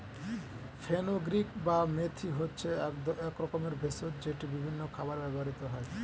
fenugreek বা মেথি হচ্ছে এক রকমের ভেষজ যেটি বিভিন্ন খাবারে ব্যবহৃত হয়